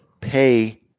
pay